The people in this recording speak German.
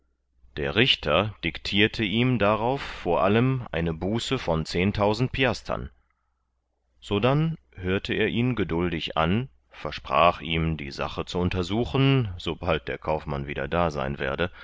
der richter dictirte ihm darauf vor allem eine buße von zehntausend piastern sodann hörte er ihn geduldig an versprach ihm die sache zu untersuchen sobald der kaufmann wieder da sein werde